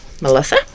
Melissa